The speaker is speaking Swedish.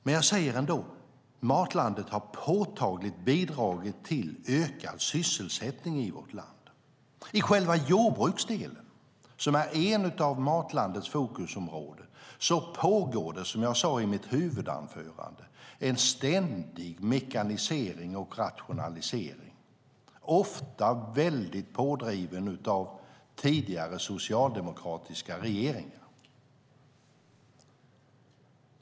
Men jag säger det ändå: Matlandet har påtagligt bidragit till ökad sysselsättning i vårt land. I jordbruksdelen, som är ett av Matlandets fokusområden, pågår det en ständig mekanisering och rationalisering, ofta väldigt pådriven av tidigare socialdemokratiska regeringar.